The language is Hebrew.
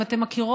אם אתן מכירות